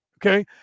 Okay